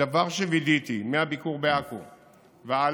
הדבר שווידאתי, מהביקור בעכו והלאה,